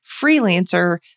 freelancer